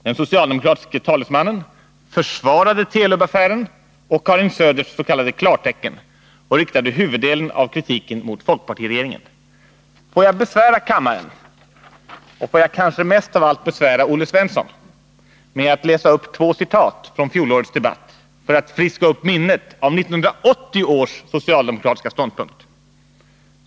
Den socialdemokratiske talesmannen försvarade Telub-affären och Karin Söders s.k. klartecken och riktade huvuddelen av kritiken mot folkpartiregeringen. Låt mig besvära kammaren — och kanske allra mest besvära Olle Svensson — med två citat från fjolårets debatt för att friska upp minnet av 1980 års socialdemokratiska ståndpunkt.